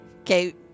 Okay